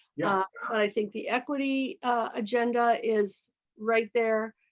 yeah but i think the equity agenda is right there.